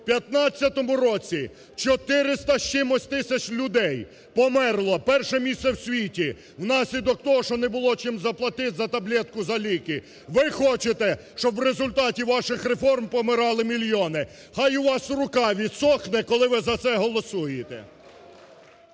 В 15 році чотириста з чимось тисяч людей померло – перше місце в світі – внаслідок того, що не було чим заплатити за таблетку, за ліки. Ви хочете, щоб в результаті ваш реформ помирали мільйони. Хай у вас рука відсохне, коли ви за це голосуєте!